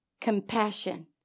Compassion